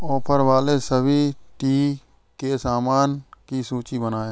offer वाले सभी टी के सामान की सूची बनाएँ